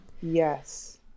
Yes